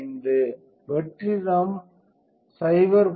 65 வெற்றிடம் 0